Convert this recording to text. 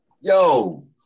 Yo